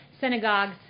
synagogues